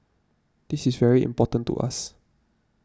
this is very important to us